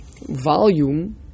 Volume